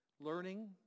learning